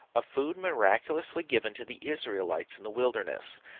a food miraculously given to the israelites in the wilderness.